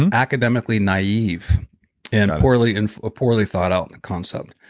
and academically naive and poorly and ah poorly thought out concept,